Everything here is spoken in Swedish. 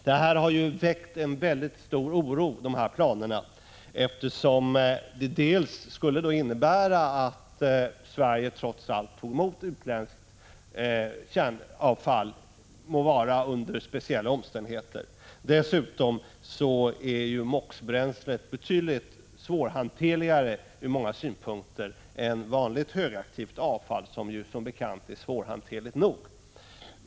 De planerna har ju väckt stor oro, eftersom det skulle innebära att Sverige trots allt tog emot utländskt kärnavfall, må vara under speciella omständigheter. Dessutom är MOX-bränslet betydligt svårhanterligare ur många synpunkter än vanligt högaktivt avfall, vilket som bekant är svårhanterligt nog.